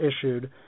issued